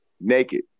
Naked